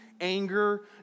anger